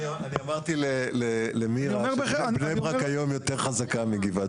אני אמרתי למירה שבני ברק היום יותר חזקה מגבעת